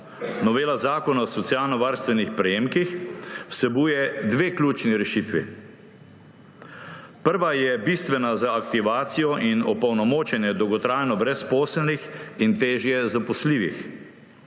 Novela Zakona o socialno varstvenih prejemkih vsebuje dve ključni rešitvi. Prva je bistvena za aktivacijo in opolnomočenje dolgotrajno brezposelnih in težje zaposljivih.